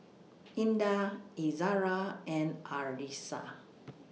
Indah Izara and Arissa